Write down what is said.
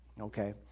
okay